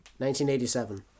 1987